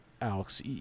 alex